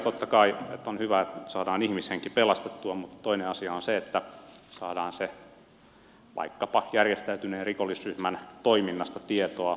totta kai on hyvä että saadaan ihmishenki pelastettua mutta toinen asia on se että saadaan vaikkapa sen järjestäytyneen rikollisryhmän toiminnasta tietoa